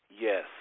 Yes